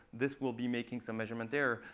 this will be making some measurement error.